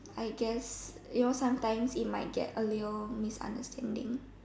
I guess you know sometimes it might get a little misunderstanding